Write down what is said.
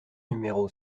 numéro